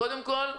קודם כול,